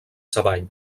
savall